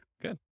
good